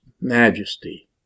majesty